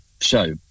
show